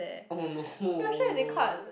oh no no